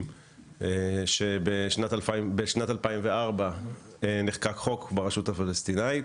שבשנת 2004 נחקק חוק ברשות הפלסטינית